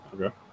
Okay